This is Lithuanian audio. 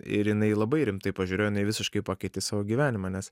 ir jinai labai rimtai pažiūrėjo jinai visiškai pakeitė savo gyvenimą nes